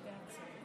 הוא